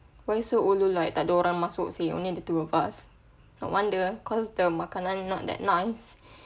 why so ulu like tak ada orang masuk I would say only the two of us no wonder cause the makanan not that nice